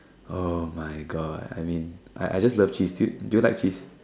[oh]-my-God I mean I I just love cheese do do you like cheese